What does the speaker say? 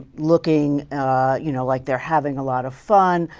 looking you know like they're having a lot of fun.